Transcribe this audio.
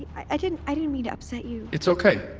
i didn't i didn't mean to upset you it's okay.